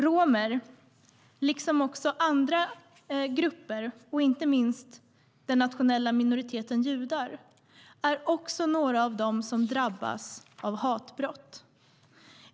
Romer liksom andra grupper, inte minst den nationella minoriteten judar, är några av dem som drabbas av hatbrott.